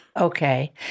Okay